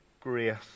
grace